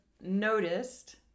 noticed